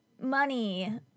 money